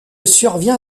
survient